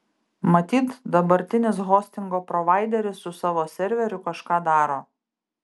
matyt dabartinis hostingo provaideris su savo serveriu kažką daro